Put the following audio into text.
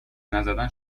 نزدن